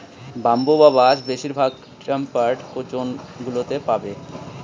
bamboo বা বাঁশ বেশিরভাগ টেম্পারড জোন গুলোতে পাবে